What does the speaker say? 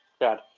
god